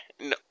no